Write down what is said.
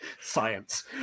science